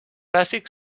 bàsic